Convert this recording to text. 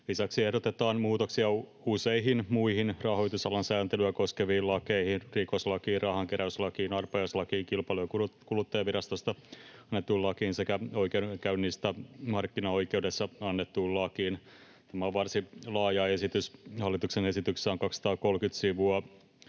Lisäksi ehdotetaan muutoksia useisiin muihin rahoitusalan sääntelyä koskeviin lakeihin, rikoslakiin, rahankeräyslakiin, arpajaislakiin, Kilpailu‑ ja kuluttajavirastosta annettuun lakiin sekä oikeudenkäynnistä markkinaoikeudessa annettuun lakiin. Tämä on varsin laaja esitys: hallituksen esityksessä on 230 sivua,